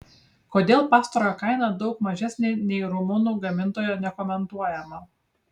kodėl pastarojo kaina daug mažesnė nei rumunų gamintojo nekomentuojama